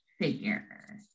figure